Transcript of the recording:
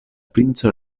princo